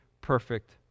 perfect